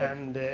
and,